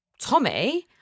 Tommy